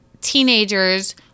teenagers